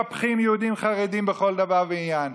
עדיין מקפחים יהודים חרדים בכל דבר ועניין.